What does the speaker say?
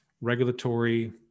regulatory